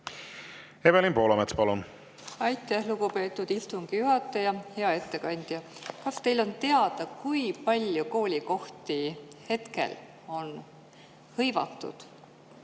Evelin Poolamets, palun! Aitäh, lugupeetud istungi juhataja! Hea ettekandja! Kas teile on teada, kui palju koolikohti hetkel on hõivatud